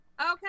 Okay